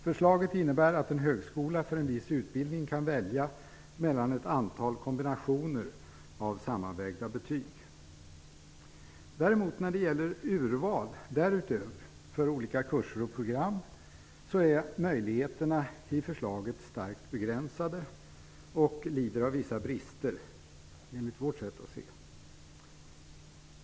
Förslaget innebär att en högskola för en viss utbildning kan välja mellan ett antal kombinationer av sammanvägda betyg. När det däremot gäller urval därutöver för olika kurser och program är möjligheterna i förslaget starkt begränsade. Där lider förslaget, enligt vårt sätt att se, av vissa brister.